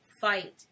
fight